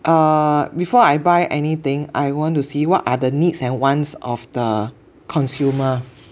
err before I buy anything I want to see what are the needs and wants of the consumer